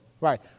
Right